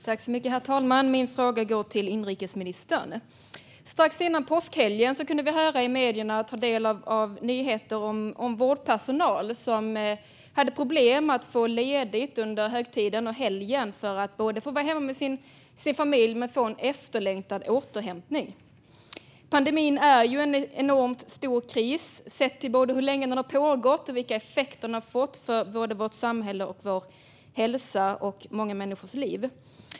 Herr talman! Min fråga går till inrikesministern. Strax före påskhelgen kunde vi i medierna ta del av nyheter om vårdpersonal som hade problem att få ledigt under högtiden och helgen för att både vara hemma med sin familj och få en efterlängtad återhämtning. Pandemin är ju en enormt stor kris, sett till både hur länge den har pågått och vilka effekter den har fått för vårt samhälle, vår hälsa och många människors liv.